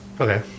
Okay